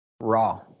raw